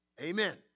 Amen